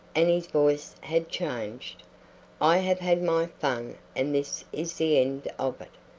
and his voice had changed i have had my fun and this is the end of it.